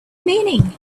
meaning